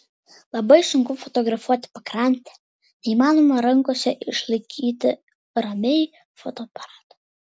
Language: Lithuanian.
labai sunku fotografuoti pakrantę neįmanoma rankose išlaikyti ramiai fotoaparato